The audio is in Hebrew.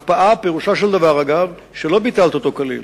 הקפאה, פירושו של דבר, אגב, שלא ביטלת אותו כליל,